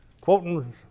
quoting